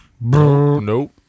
Nope